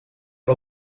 wel